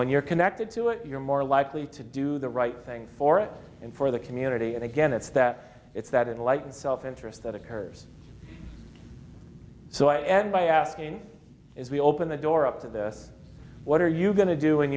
when you're connected to it you're more likely to do the right thing for it and for the community and again it's that it's that in light and self interest that occurs so i end by asking is we open the door up to this what are you going to do